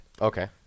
okay